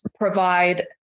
provide